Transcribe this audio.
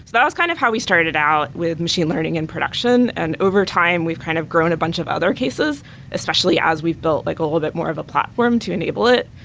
that was kind of how we started it out with machine learning and production and overtime we've kind of grown a bunch of other cases especially as we've built like a little bit more of a platform to enable it.